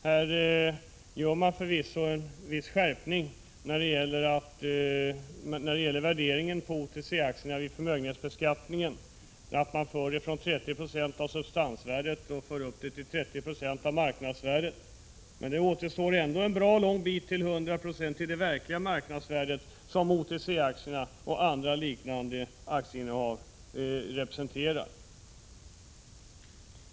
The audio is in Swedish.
Här vidtas visserligen en viss skärpning när det gäller värderingen av OTC-aktierna vid förmögenhetsbeskattning i och med att man i stället för tidigare 30 96 av substansvärdet skall ta upp 30 96 av marknadsvärdet. Men det återstår ändå bra mycket till det verkliga marknadsvärde som OTC-aktierna och andra liknande aktieinnehav representerar.